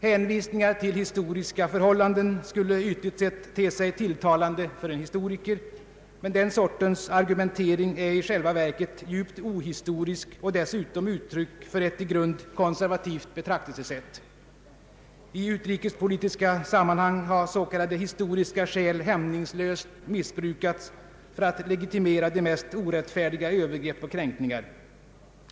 Hänvisningar till historiska förhållanden skulle ytligt sett te sig tilltalande för en historiker, men den sortens argumentering är i själva verket djupt ohistorisk och dessutom uttryck för ett i grunden konservativt betraktelsesätt. I utrikespolitiska sammanhang har s.k. historiska skäl hämningslöst missbrukats för att legitimera de mest orättfärdiga övergrepp och kränkningar.